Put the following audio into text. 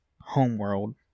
homeworld